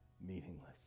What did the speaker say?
meaningless